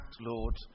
Lord